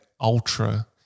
ultra